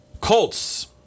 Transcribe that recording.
Colts